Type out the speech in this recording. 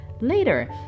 later